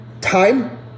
time